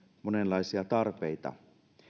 monenlaisia tarpeita